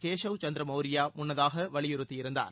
கேசவ் சந்திர மௌரியா முன்னதாக வலியுறுத்தியிருந்தார்